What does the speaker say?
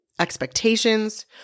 Expectations